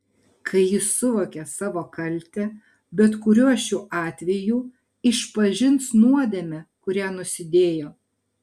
kai jis suvokia savo kaltę bet kuriuo šių atvejų išpažins nuodėmę kuria nusidėjo